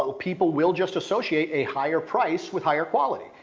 ah people will just associate a higher price with higher quality.